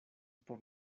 por